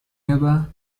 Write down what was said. eva